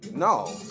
No